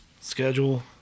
schedule